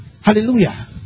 Hallelujah